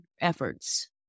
efforts